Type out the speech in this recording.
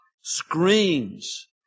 screams